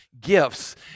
gifts